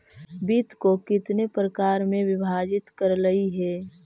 वित्त को कितने प्रकार में विभाजित करलइ हे